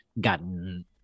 gotten